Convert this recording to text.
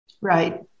Right